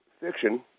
fiction